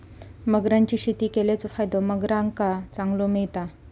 मगरांची शेती केल्याचो फायदो मगरांका चांगलो मिळता